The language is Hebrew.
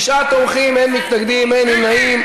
תשעה תומכים, אין מתנגדים, אין נמנעים.